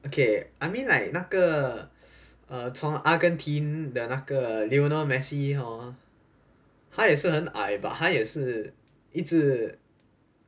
okay I mean like 那个从阿根廷的那个 lionel messi hor 他也是很矮 but 他也是一直